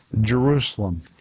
Jerusalem